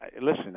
listen